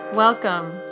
Welcome